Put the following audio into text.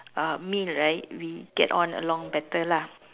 uh meal right we get on along better lah